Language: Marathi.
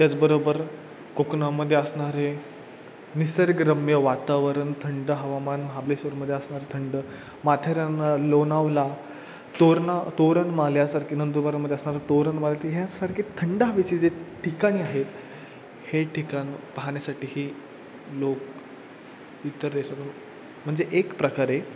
त्याचबरोबर कोकणामध्ये असणारे निसर्गरम्य वातावरण थंड हवामान महाबलेश्वरमध्ये असणारे थंड माथेरान लोनावळा तोरणा तोरणमाल यासारखे नंदुरबारमध्ये असणारे तोरणमालती ह्यासारखे थंड हवेचे जे ठिकाण आहेत हे ठिकाण पाहण्यासाठीही लोक इतर देशातून म्हणजे एक प्रकारे